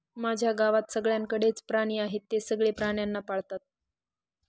माझ्या गावात सगळ्यांकडे च प्राणी आहे, ते सगळे प्राण्यांना पाळतात